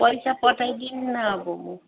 पैसा पठाइदिन्नँ अब म